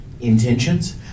intentions